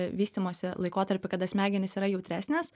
vystymosi laikotarpį kada smegenys yra jautresnės